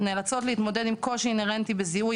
נאלצות להתמודד עם קושי אינהרנטי בזיהוי